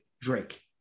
drake